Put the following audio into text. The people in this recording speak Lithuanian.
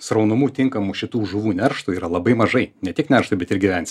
sraunumų tinkamų šitų žuvų nerštui yra labai mažai ne tik nerštą bet ir gyvens